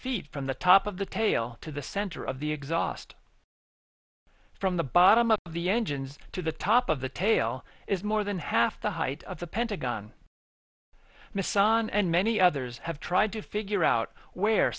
feet from the top of the tail to the center of the exhaust from the bottom up of the engines to the top of the tail is more than half the height of the pentagon miss on and many others have tried to figure out where